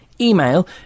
Email